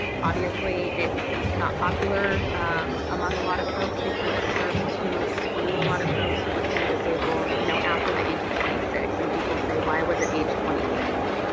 obviously it's not popular among a lot of folks because it serves to exclude a lot of folks who became disabled you know after the age of twenty six and people say why was it age twenty six?